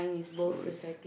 so is